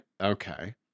Okay